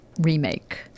remake